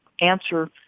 answer